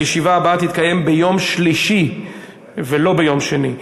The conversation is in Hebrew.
הישיבה הבאה תתקיים ביום שלישי ולא ביום שני,